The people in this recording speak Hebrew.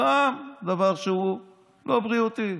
גם הוא דבר לא בריאותי,